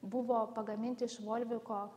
buvo pagaminti iš volviko